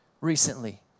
recently